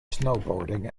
snowboarding